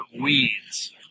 Weeds